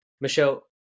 Michelle